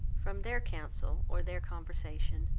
from their counsel, or their conversation,